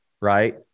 right